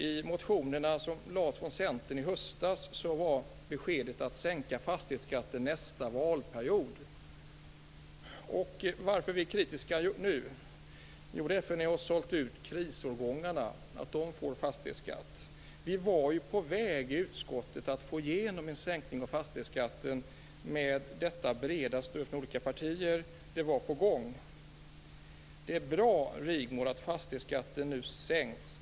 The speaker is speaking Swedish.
I motionerna som lades fram av Centern i höstas var beskedet att sänka fastighetsskatten nästa valperiod. Anledningen till att vi är kritiska nu är att ni har sålt ut krisårgångarna och gått med på att de får fastighetsskatt. Vi var ju på väg att få igenom en sänkning av fastighetsskatten i utskottet. Det hade ett brett stöd från olika partier och var på gång. Det är bra, Rigmor, att fastighetsskatten nu sänks.